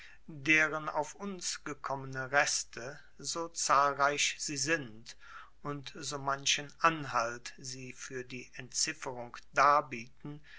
deren auf uns gekommene reste so zahlreich sie sind und so manchen anhalt sie fuer die entzifferung darbieten